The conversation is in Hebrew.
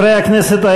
חברי הכנסת,